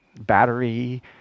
Battery